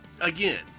again